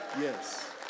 Yes